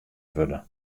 wurde